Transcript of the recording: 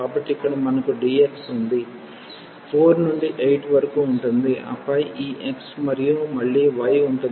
కాబట్టి ఇక్కడ మనకు dx ఉంది 4 నుండి 8 వరకు ఉంటుంది ఆపై ఈ x మరియు మళ్లీ y ఉంటుంది